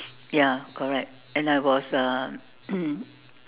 ya correct and I was um